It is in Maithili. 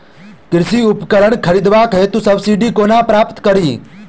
कृषि उपकरण खरीदबाक हेतु सब्सिडी कोना प्राप्त कड़ी?